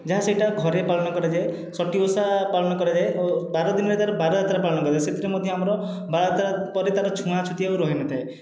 ଯାହା ସେହିଟା ଘରେ ପାଳନ କରାଯାଏ ଷଠି ଓଷା ପାଳନ କରାଯାଏ ଓ ବାର ଦିନରେ ତା'ର ବାରଯାତ୍ରା ପାଳନ କରାଯାଏ ସେଥିରେ ମଧ୍ୟ ଆମର ବାରଯାତ୍ରା ପରେ ତା'ର ଛୁଆଁଛୁତି ଆଉ ରହିନଥାଏ